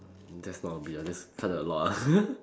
that's not a bit ah that's quite a lot ah